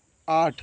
आठ